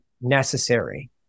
necessary